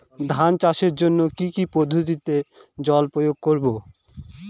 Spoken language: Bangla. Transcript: ধান চাষের জন্যে কি কী পদ্ধতিতে জল প্রয়োগ করব?